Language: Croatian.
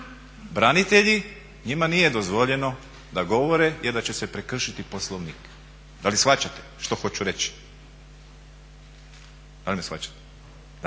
Branitelji njima nije dozvoljeno da govore jer da će se prekršiti Poslovnik. Da li shvaćate što hoću reći? Da. Znači i vi ste